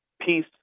Peace